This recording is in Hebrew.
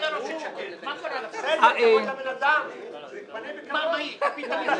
השאלות שעלו פה אנחנו הולכים להצביע עכשיו.